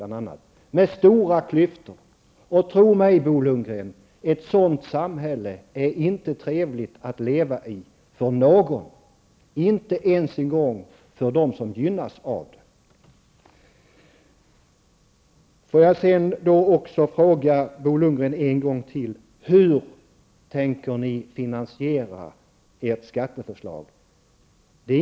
Klyftorna mellan olika samhällsgrupper ökar. Tro mig, Bo Lundgren! Ett sådant samhälle är inte trevligt att leva i för någon, inte ens för dem som gynnas av det. Låt mig ännu en gång fråga Bo Lundgren: Hur tänker ni finansiera ert skatteförslag?